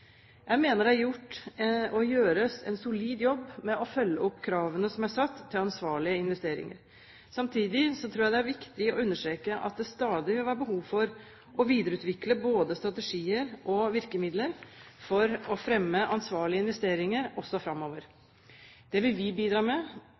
Jeg mener det er gjort og gjøres en solid jobb med å følge opp kravene som er satt til ansvarlige investeringer. Samtidig tror jeg det er viktig å understreke at det stadig vil være behov for å videreutvikle både strategier og virkemidler for å fremme ansvarlige investeringer også framover.